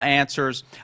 answers